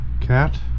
cat